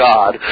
God